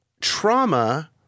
trauma